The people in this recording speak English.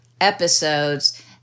episodes